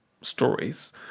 stories